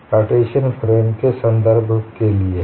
यह Cartesian frame के संदर्भ के लिए है